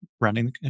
running